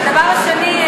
והדבר השני,